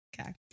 Okay